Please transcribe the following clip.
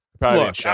Look